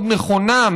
מאוד נכונה,